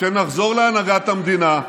כשנחזור להנהגת המדינה,